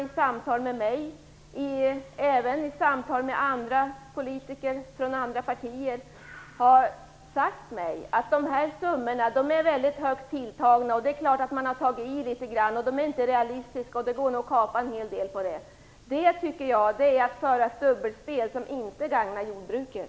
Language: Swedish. I samtal med mig och även med politiker från andra partier har man däremot sagt att dessa summor är högt tilltagna, att det är klart att man har tagit i litet, att de inte är realistiska och att det nog går att kapa en hel del. Det är att föra ett dubbelspel, som inte gagnar jordbruket.